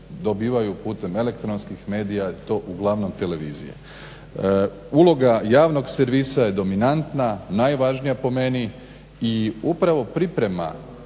dobivaju putem elektronskih medija i to uglavnom televizije. Uloga javnog servisa je dominantna, najvažnija po meni i upravo priprema